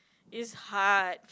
is hard